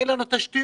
אין להם תשתיות,